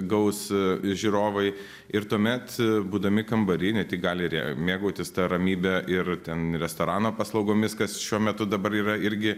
gaus žiūrovai ir tuomet būdami kambary ne tik gali mėgautis ta ramybe ir ten restorano paslaugomis kas šiuo metu dabar yra irgi